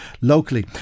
locally